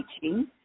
teaching